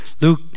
luke